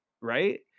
right